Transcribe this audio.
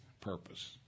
purpose